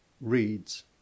reads